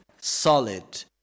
solid